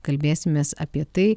kalbėsimės apie tai